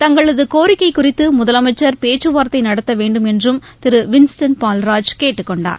தங்களது கோரிக்கை குறித்து முதலமைச்சர் பேச்சுவார்த்தை நடத்த வேண்டும் என்றும் திரு வின்ஸ்டன் பால்ராஜ் கேட்டுக்கொண்டார்